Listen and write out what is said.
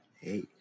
Hey